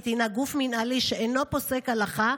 הינה גוף מינהלי שאינו פוסק הלכה,